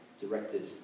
directed